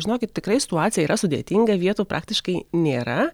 žinokit tikrai situacija yra sudėtinga vietų praktiškai nėra